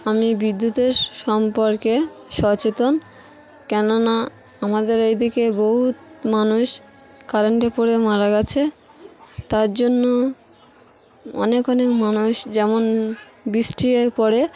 আমি বিদ্যুতের সম্পর্কে সচেতন কেননা আমাদের এইদিকে বহুত মানুষ কারেন্টে পড়ে মারা গেছে তার জন্য অনেক অনেক মানুষ যেমন বৃষ্টি পড়ে